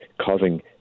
causing